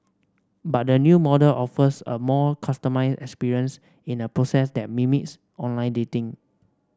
but the new model offers a more customised experience in a process that mimics online dating